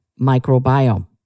microbiome